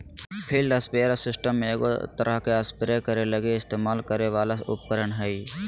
field sprayer system एगो तरह spray करे लगी इस्तेमाल करे वाला उपकरण हइ